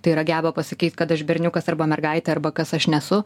tai yra geba pasakyt kad aš berniukas arba mergaitė arba kas aš nesu